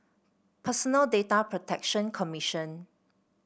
Personal Data Protection Commission